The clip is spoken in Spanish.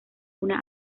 una